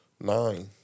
Nine